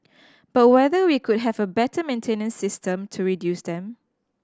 but whether we could have a better maintenance system to reduce them